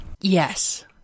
Yes